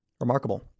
Remarkable